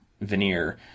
veneer